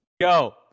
go